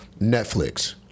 Netflix